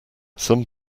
some